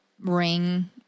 ring